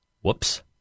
Whoops